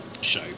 show